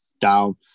down